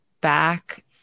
back